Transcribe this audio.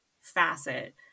facet